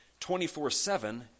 24-7